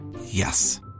Yes